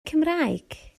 cymraeg